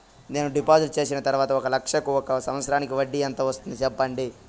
నేను డిపాజిట్లు చేసిన తర్వాత ఒక లక్ష కు ఒక సంవత్సరానికి వడ్డీ ఎంత వస్తుంది? సెప్పండి?